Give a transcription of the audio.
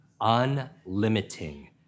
unlimiting